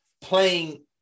playing